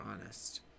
honest